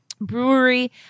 brewery